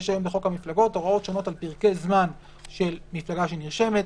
יש היום בחוק המפלגות הוראות שונות על פרקי זמן של מפלגה שנרשמת,